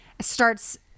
starts